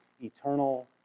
eternal